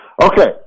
Okay